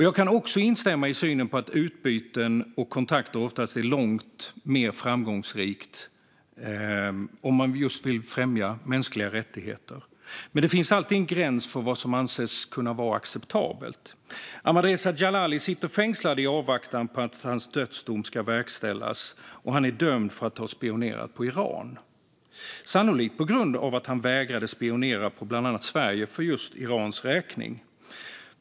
Jag kan också instämma i att utbyten och kontakter ofta är långt mer framgångsrika om man just vill främja mänskliga rättigheter, men det finns alltid en gräns för vad som anses vara acceptabelt. Ahmadreza Djalali sitter fängslad i avvaktan på att hans dödsdom ska verkställas, och han är dömd för att ha spionerat på Iran - sannolikt på grund av att han vägrade spionera på bland annat Sverige för just Irans räkning.